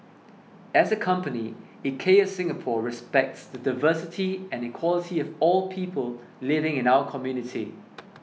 as a company IKEA Singapore respects the diversity and equality of all people living in our community